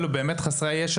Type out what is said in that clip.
אלו באמת חסרי הישע.